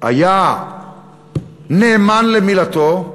היה נאמן למילתו,